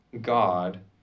God